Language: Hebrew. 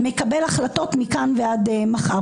מקבל החלטות מכאן ועד מחר.